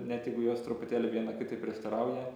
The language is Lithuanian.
net jeigu jos truputėlį viena kitai prieštarauja